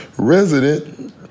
resident